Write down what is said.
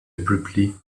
abruptly